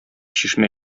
чишмә